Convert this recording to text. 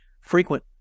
frequent